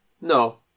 No